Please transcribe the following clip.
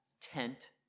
tent